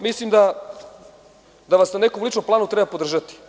Mislim da vas na nekom ličnom planu treba podržati.